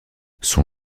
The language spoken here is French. son